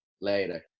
Later